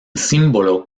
símbolo